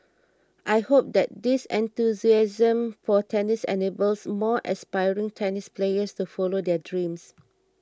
I hope that this enthusiasm for tennis enables more aspiring tennis players to follow their dreams